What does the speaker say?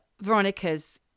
Veronica's